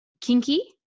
kinky